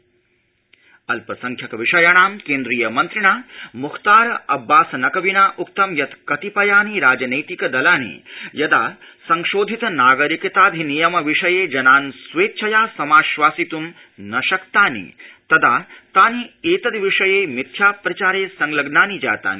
नक़वीराजनैतिकदलानि अल्पसंख्यक विषयाणां क्ट्रीय मन्त्रिणा मुख्तार अब्बास नक्रविना उक्तं यत् कतिपयानि राजनैतिक दलानि यदा संशोधित नागरिकताधिनियम विषयज्ञिनान् स्वच्छिया समाश्वासित् न शक्तानि तदा तानि एतद्विषयश्रिथ्या प्रचारखिलग्नानि जातानि